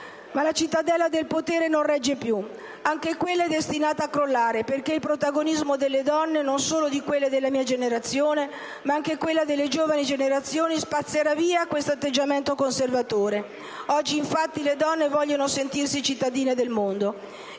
Ma la cittadella del potere non regge più. Anche quella è destinata a crollare, perché il protagonismo delle donne, non solo di quelle della mia generazione, ma anche di quelle delle giovani generazioni, spazzerà via questo atteggiamento di conservazione. Oggi, infatti, le donne vogliono sentirsi cittadine a tuttotondo.